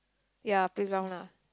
ya playground lah